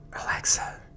Alexa